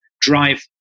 drive